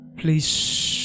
please